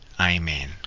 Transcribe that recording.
Amen